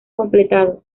completados